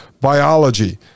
biology